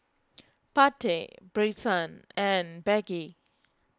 Pate Brycen and Peggy